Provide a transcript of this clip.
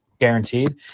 guaranteed